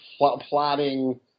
Plotting